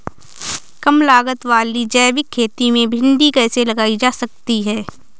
कम लागत वाली जैविक खेती में भिंडी कैसे लगाई जा सकती है?